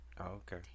Okay